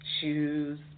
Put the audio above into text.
shoes